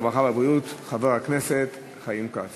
הרווחה והבריאות חבר הכנסת חיים כץ.